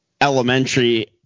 elementary